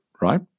right